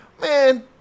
man